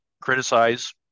criticize